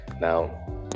Now